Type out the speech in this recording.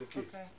חכי.